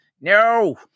No